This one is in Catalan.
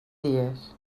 dies